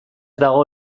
dago